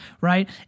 right